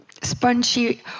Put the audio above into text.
spongy